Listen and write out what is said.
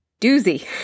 doozy